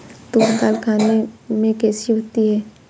तूर दाल खाने में कैसी होती है?